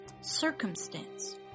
circumstance